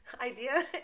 idea